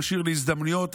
נשאיר להזדמנויות,